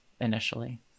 initially